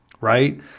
right